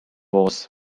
was